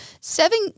seven